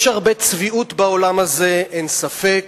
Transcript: יש הרבה צביעות בעולם הזה, אין ספק.